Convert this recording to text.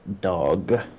dog